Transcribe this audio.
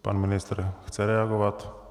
Pan ministr chce reagovat.